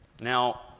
Now